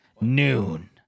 Noon